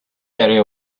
area